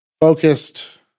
focused